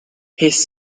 his